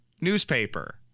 newspaper